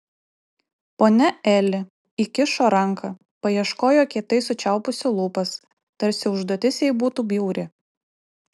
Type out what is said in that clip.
ponia eli įkišo ranką paieškojo kietai sučiaupusi lūpas tarsi užduotis jai būtų bjauri